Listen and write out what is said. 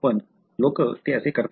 पण लोक ते असे करतात